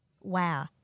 wow